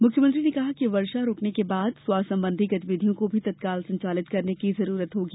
मुख्यमंत्री ने कहा कि वर्षा रुकने के बाद स्वास्थ्य सबंधी गतिविधियों को भी तत्काल संचालित करने की जरुरत होगी